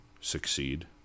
succeed